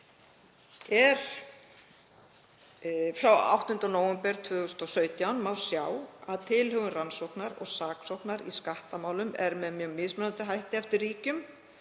frá 8. nóvember 2017 má sjá að tilhögun rannsóknar og saksóknar í skattamálum er með mjög mismunandi hætti eftir ríkjum.